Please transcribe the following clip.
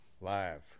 Live